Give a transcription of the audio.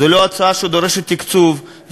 זו לא הצעה שדורשת תקצוב,